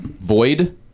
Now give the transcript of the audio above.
Void